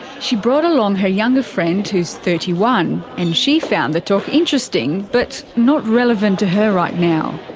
she brought along her younger friend who's thirty one, and she found the talk interesting, but not relevant to her right now.